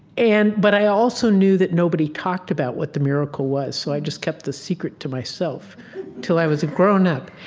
and but i also knew that nobody talked about what the miracle was. so i just kept the secret to myself til i was a grown up.